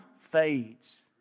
fades